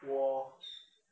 我